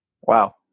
Wow